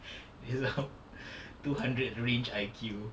wei xiang two hundred range I_Q